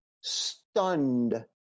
stunned